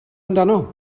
amdano